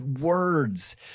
Words